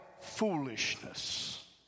foolishness